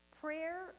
Prayer